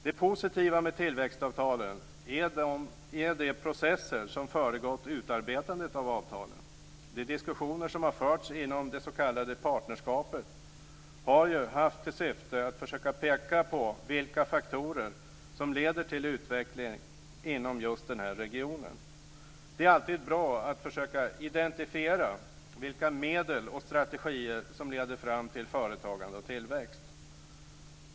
Det positiva med tillväxtavtalen är de processer som föregått utarbetandet av avtalen. De diskussioner som har förts inom det s.k. partnerskapet har ju haft till syfte att försöka peka på vilka faktorer som leder till utveckling inom just den här regionen. Det är alltid bra att försöka identifiera vilka medel och strategier som leder fram till företagande och tillväxt.